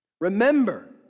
Remember